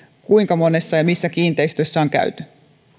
kuinka monessa ja missä kiinteistöissä on käyty